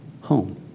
Home